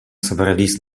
собрались